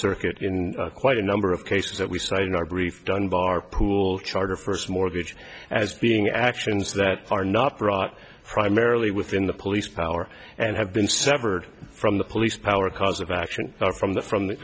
circuit in quite a number of cases that we cite in our brief dunbar pool charter first mortgage as being actions that are not brought primarily within the police power and have been severed from the police power cause of action from the from the